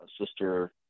sister